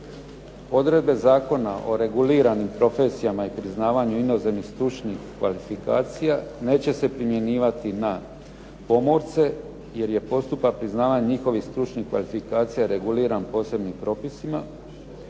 Odredbe Zakona o reguliranim profesijama i priznavanju inozemnih stručnih kvalifikacija neće se primjenjivati na pomorce, jer je postupak priznavanja njihovih stručnih kvalifikacija reguliran posebnim propisima.